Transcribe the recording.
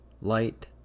light